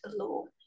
alone